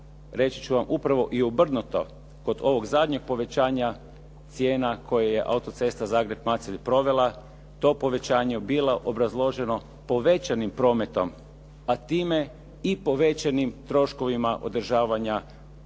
reći ću vam upravo i obrnuto kod ovog zadnjeg povećanja cijena koje je autocesta Zagreb-Macelj provela to povećanje bilo obrazloženo povećanim prometom a time i povećanim troškovima održavanja te dionice.